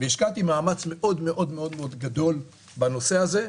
והשקעתי מאמץ מאוד מאוד גדול בנושא הזה,